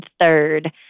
third